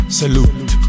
salute